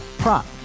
prop